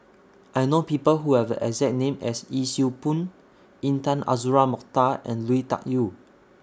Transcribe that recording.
I know People Who Have The exact name as Yee Siew Pun Intan Azura Mokhtar and Lui Tuck Yew